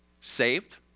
saved